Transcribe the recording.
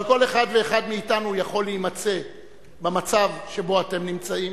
אבל כל אחד ואחד מאתנו יכול להימצא במצב שבו אתם נמצאים,